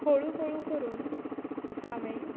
हळू हळू करून हांवें